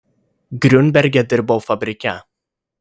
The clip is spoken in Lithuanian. griunberge dirbau fabrike